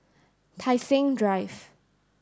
Tai Seng Drive